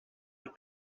with